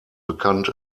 bekannt